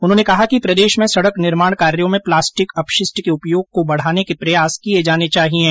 उन्होंने कहा कि प्रदेश में सड़क निर्माण कार्यो में प्लास्टिक अपशिष्ट के उपयोग को बढ़ाने के प्रयास किये जाने चाहिएं